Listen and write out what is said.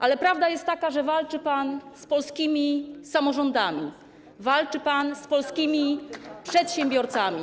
Ale prawda jest taka, że walczy pan z polskimi samorządami, walczy pan z polskimi przedsiębiorcami.